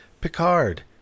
Picard